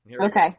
Okay